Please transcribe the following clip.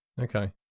Okay